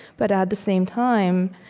but, at the same time,